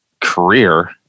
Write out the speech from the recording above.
career